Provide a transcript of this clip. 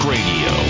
Radio